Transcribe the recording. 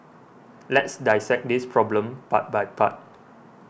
let's dissect this problem part by part